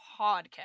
Podcast